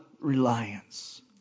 Reliance